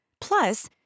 Plus